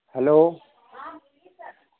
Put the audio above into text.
hello